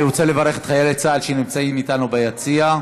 אני רוצה לברך את חיילי צה"ל שנמצאים אתנו ביציע.